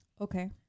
Okay